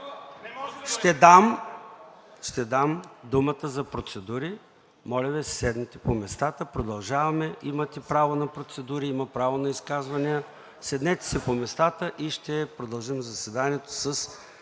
Ще дам думата за процедури, моля да си седнете по местата! Продължаваме, имате право на процедури, има право на изказвания. Седнете си по местата и ще продължим заседанието с